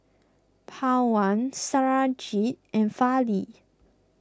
Pawan Satyajit and Fali